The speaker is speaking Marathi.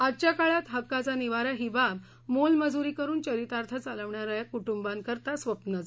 आजच्या काळात हक्काचा निवारा ही बाब मोलमजुरी करून चरितार्थ चालविणा या कुटुंबाकरिता तर स्वप्नच